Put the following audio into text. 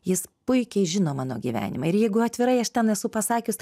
jis puikiai žino mano gyvenimą ir jeigu atvirai aš ten esu pasakius